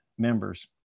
Members